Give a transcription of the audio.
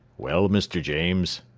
well, mr. james?